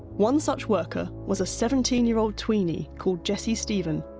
one such worker was a seventeen year old tweeny called jessie steven,